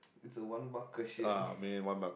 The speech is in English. it's a one mark question